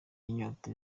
inyota